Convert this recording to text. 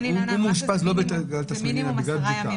--- אם הוא מאושפז כבר זה בגלל תסמינים ובגלל בדיקה.